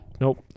Nope